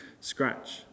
scratch